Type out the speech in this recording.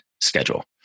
schedule